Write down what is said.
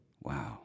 Wow